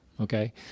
okay